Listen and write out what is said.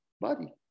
body